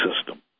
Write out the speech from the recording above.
system